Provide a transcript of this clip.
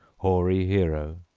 hoary hero,